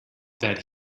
that